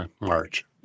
March